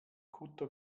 kutter